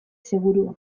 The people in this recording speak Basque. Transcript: segurua